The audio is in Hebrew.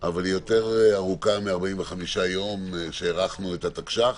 אבל היא יותר ארוכה מ-45 יום שהארכנו את התקש"ח.